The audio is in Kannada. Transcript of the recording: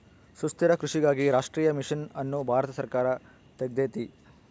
ಸುಸ್ಥಿರ ಕೃಷಿಗಾಗಿ ರಾಷ್ಟ್ರೀಯ ಮಿಷನ್ ಅನ್ನು ಭಾರತ ಸರ್ಕಾರ ತೆಗ್ದೈತೀ